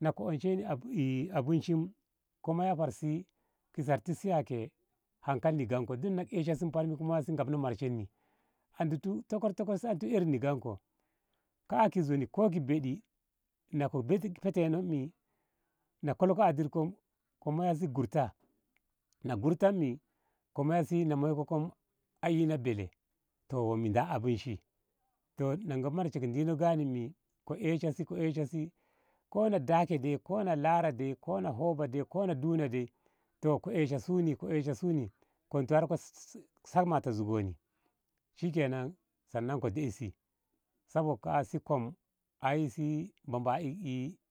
na ko onshenni abunshim ko moya farsi ki zab. i tiya hankali ni gyemko duk na ko esha si farni kuma si ngabno marshen no a ditu tukur tukur sa a ditu erinni gyemanko ka. a ki zoni ko ki bedi na ko beiti hetenonni na kolki a dirko ko moya si gurta na si gurta ko moya si na moi ko a ina bele toh womye dalo abunshim toh ko ngahi marsheka dino gyemni ko esha sunni ko na dake dai kona lara dai kona hoga duna dai toh ko esha suni ko esha suni konti ko sama zugoni shinenan sannan ko deisi sabo ha. a si kom si ai si bama. i.